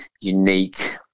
unique